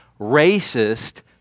racist